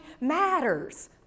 matters